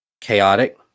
chaotic